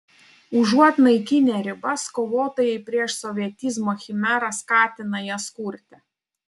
užuot naikinę ribas kovotojai prieš sovietizmo chimerą skatina jas kurti